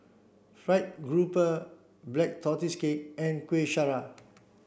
fried grouper black tortoise cake and Kuih Syara